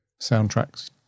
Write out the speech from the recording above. soundtracks